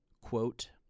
Quote